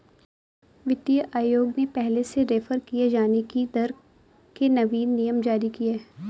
वित्तीय आयोग ने पहले से रेफेर किये जाने की दर के नवीन नियम जारी किए